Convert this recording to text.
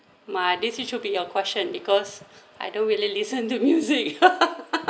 my this you should be your question because I don't really listen to music